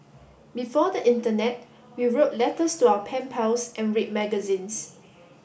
before the internet we wrote letters to our pen pals and read magazines